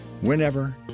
whenever